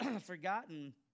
forgotten